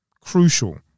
Crucial